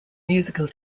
musical